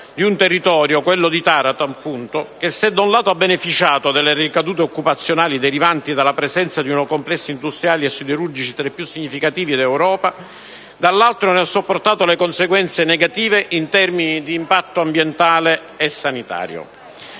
del territorio di Taranto che, se da un lato ha beneficiato delle ricadute occupazionali derivanti dalla presenza di un complesso industriale e siderurgico tra i più significativi d'Europa, dall'altro ne ha sopportato le conseguenze negative in termini di impatto ambientale e sanitario.